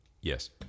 Yes